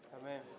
Amen